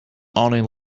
only